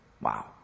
Wow